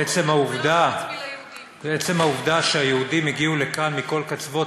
עצם העובדה שהיהודים הגיעו לכאן מכל קצוות